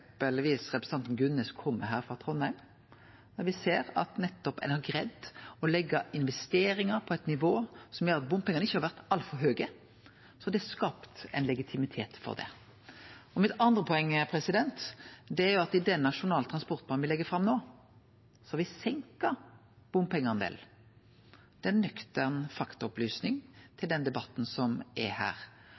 representanten Gunnes kom med frå Trondheim, der ein ser at ein nettopp har greidd å leggje investeringar på eit nivå som gjer at bompengane ikkje har vore altfor høge, viser at det er skapt legitimitet for det. Det andre poenget mitt er at i den nasjonale transportplanen me legg fram no, har me seinka bompengeandelen. Det er ei nøktern faktaopplysning til debatten. Det er